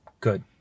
Good